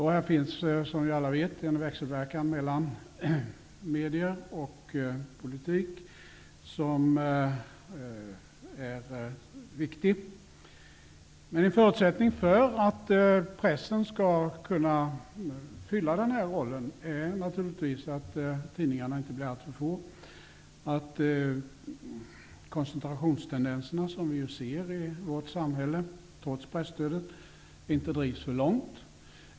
Här finns, som vi alla vet, en växelverkan mellan medier och politik som är viktig. En förutsättning för att pressen skall kunna spela den här rollen är naturligtvis att tidningarna inte blir alltför få och att koncentrationstendenserna som vi ser i vårt samhälle, trots presstödet, inte drivs för långt.